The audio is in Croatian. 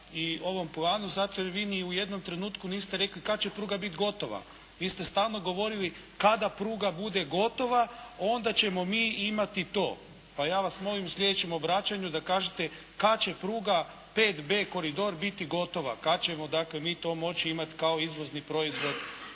i ovom planu zato jer vi ni u jednom trenutku niste rekli kad će pruga biti gotova? Vi ste stalno govorili «kada pruga bude gotova onda ćemo mi imati to». Pa ja vas molim u sljedećem obraćanju da kažete kad će pruga 5B koridor biti gotova? Kad ćemo dakle mi to moći imati kao izvozni proizvod